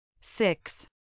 Six